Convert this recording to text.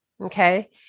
Okay